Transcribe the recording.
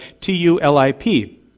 T-U-L-I-P